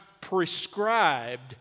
prescribed